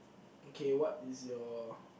okay what is your